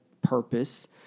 purpose